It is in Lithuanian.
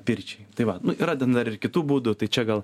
pirčiai tai va nu yra ten dar ir kitų būdų tai čia gal